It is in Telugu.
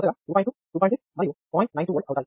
మీరు నోడ్ 1 వద్ద ఓల్టేజ్ కోసం అడిగారు కాబట్టి సమాధానం 2